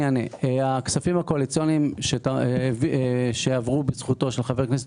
הכספים הקואליציוניים שעברו בזכותו של חבר הכנסת